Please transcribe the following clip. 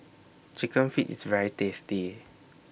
Chicken Feet IS very tasty